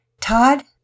Todd